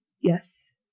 yes